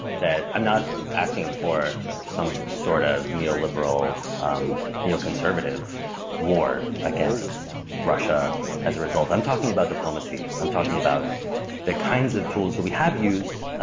i'm not asking for some sort of neoliberal um you know conservative war against russia as a result. i'm talking about diplomacy, i'm talking about the kinds of tools that we have used,